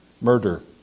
Murder